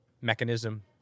mechanism